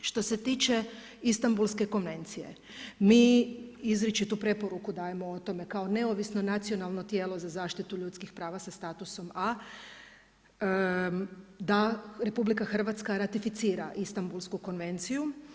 Što se tiče Istambulske konvencije mi izričitu preporuku dajemo o tome kao neovisno nacionalno tijelo za zaštitu ljudskih prava sa statusom a da RH ratificira Istambulsku konvenciju.